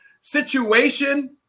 situation